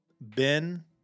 Ben